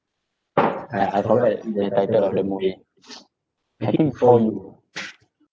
I I forgot the title of the movie I think before you ah